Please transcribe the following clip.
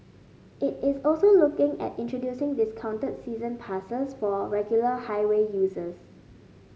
it is also looking at introducing discounted season passes for regular highway users